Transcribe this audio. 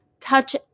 Touch